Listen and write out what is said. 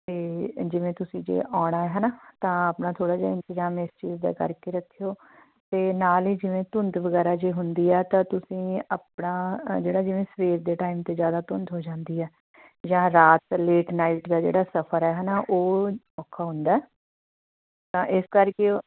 ਅਤੇ ਜਿਵੇਂ ਤੁਸੀਂ ਜੇ ਆਉਣਾ ਹੈ ਨਾ ਤਾਂ ਆਪਣਾ ਥੋੜ੍ਹਾ ਜਿਹਾ ਇੰਤਜ਼ਾਮ ਇਸ ਚੀਜ਼ ਦਾ ਕਰਕੇ ਰੱਖਿਓ ਅਤੇ ਨਾਲ ਹੀ ਜਿਵੇਂ ਧੁੰਦ ਵਗੈਰਾ ਜੇ ਹੁੰਦੀ ਆ ਤਾਂ ਤੁਸੀਂ ਆਪਣਾ ਜਿਹੜਾ ਜਿਵੇਂ ਸਵੇਰ ਦੇ ਟਾਈਮ 'ਤੇ ਜ਼ਿਆਦਾ ਧੁੰਦ ਹੋ ਜਾਂਦੀ ਹੈ ਜਾਂ ਰਾਤ ਲੇਟ ਨਾਈਟ ਦਾ ਜਿਹੜਾ ਸਫਰ ਹੈ ਹੈ ਨਾ ਉਹ ਔਖਾ ਹੁੰਦਾ ਤਾਂ ਇਸ ਕਰਕੇ